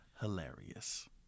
hilarious